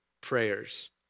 prayers